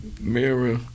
mirror